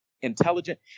intelligent